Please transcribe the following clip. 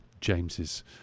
James's